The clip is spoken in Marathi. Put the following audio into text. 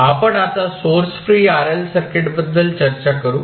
आपण आता सोर्स फ्री RL सर्किटबद्दल चर्चा करू